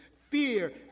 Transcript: fear